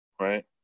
right